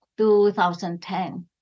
2010